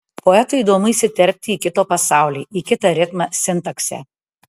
poetui įdomu įsiterpti į kito pasaulį į kitą ritmą sintaksę